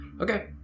Okay